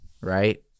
Right